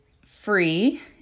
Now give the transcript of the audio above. free